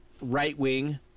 right-wing